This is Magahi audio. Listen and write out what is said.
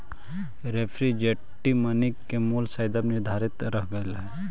रिप्रेजेंटेटिव मनी के मूल्य सदैव निर्धारित रहऽ हई